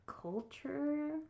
Culture